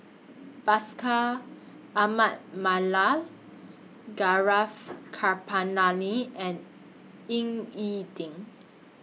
Ahmad Mallal Gaurav and Ying E Ding